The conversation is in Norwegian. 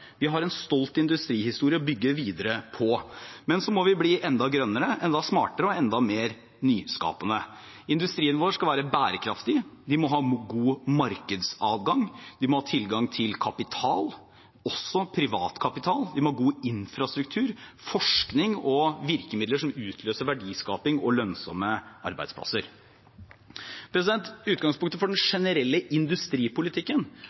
Vi har en stolt industrihistorie å bygge videre på, men vi må bli enda grønnere, enda smartere og enda mer nyskapende. Industrien vår skal være bærekraftig. Vi må ha god markedsadgang. Vi må ha tilgang til kapital, også privatkapital. Vi må ha god infrastruktur, forskning og virkemidler som utløser verdiskaping og lønnsomme arbeidsplasser. Utgangspunktet for den